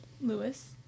Lewis